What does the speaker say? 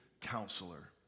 counselor